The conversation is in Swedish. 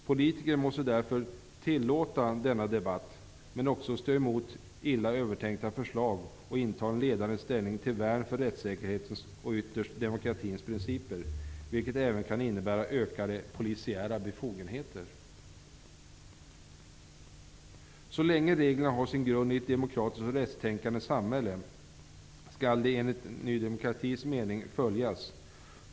Politiker måste därför tillåta denna debatt, men också stå emot illa övertänkta förslag och inta en ledande ställning, till värn för rättssäkerhetens och ytterst demokratins principer, vilket även kan innebära ökade polisiära befogenheter. Så länge reglerna har sin grund i ett demokratiskt och rättstänkande samhälle skall de enligt Ny demokratis mening följas.